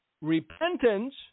Repentance